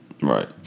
Right